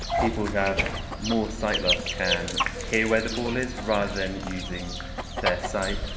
people who have more sight loss can hear where the ball is rather than using their sight.